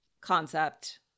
concept